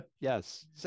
yes